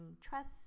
trust